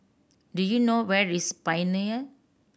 do you know where is Pioneer